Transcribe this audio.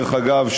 דרך אגב,